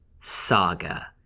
Saga